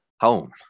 Home